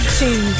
two